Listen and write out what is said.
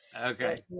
okay